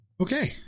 Okay